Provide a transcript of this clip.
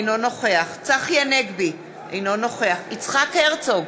אינו נוכח צחי הנגבי, אינו נוכח יצחק הרצוג,